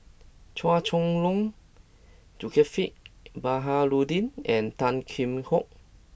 Chua Chong Long Zulkifli Baharudin and Tan Kheam Hock